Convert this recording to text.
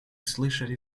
слышали